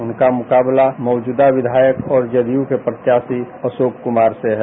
उनका मुकाबला मौजूदा विधायक और जदयू के प्रत्याशी अशोक कुमार से है